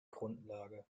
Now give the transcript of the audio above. grundlage